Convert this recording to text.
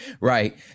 right